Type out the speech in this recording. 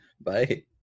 Bye